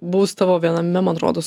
buvus tavo viename man atrodos